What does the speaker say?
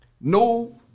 No